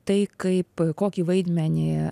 tai kaip kokį vaidmenį